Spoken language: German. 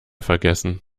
vergessen